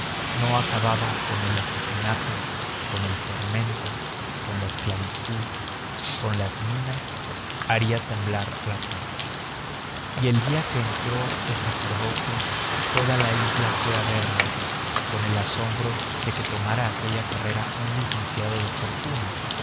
no acababa con el asesinato con el tormento con la esclavitud con las minas haría temblar a la corte y el día en que entró de sacerdote toda la isla fue a verlo con el asombro de que tomara aquella carrera un licenciado de fortuna